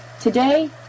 today